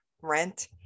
rent